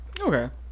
Okay